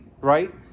right